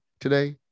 today